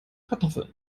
kartoffeln